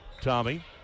Tommy